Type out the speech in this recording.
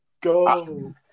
Go